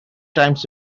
times